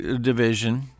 division